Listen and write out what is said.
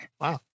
wow